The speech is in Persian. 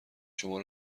شما